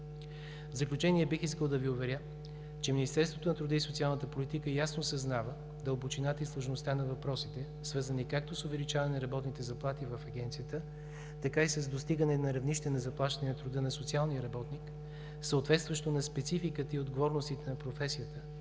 В заключение бих искал да Ви уверя, че Министерството на труда и социалната политика ясно съзнава дълбочината и сложността на въпросите, свързани както с увеличаване работните заплати в Агенцията, така и с достигане на равнище на заплащане на труда на социалния работник, съответстващо на спецификата и отговорностите на професията,